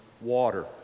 water